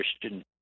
Christian